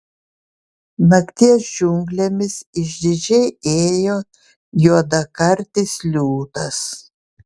nakties džiunglėmis išdidžiai ėjo juodakartis liūtas